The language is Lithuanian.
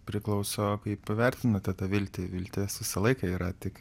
priklauso kaip vertinate tą viltį viltis visą laiką yra tik